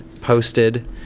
posted